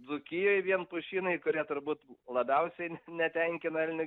dzūkijoj vien pušynai kurie turbūt l labiausiai netenkina elnių